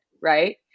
right